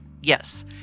yes